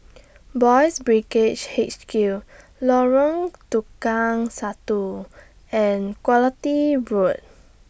Boys' Brigade H Q Lorong Tukang Satu and Quality Road